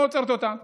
לא עוצרת אותם.